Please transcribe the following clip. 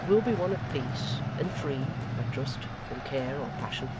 but it will be one of peace, and free, i trust, from care or passion.